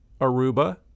Aruba